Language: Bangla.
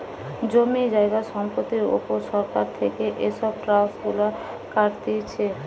জমি জায়গা সম্পত্তির উপর সরকার থেকে এসব ট্যাক্স গুলা কাটতিছে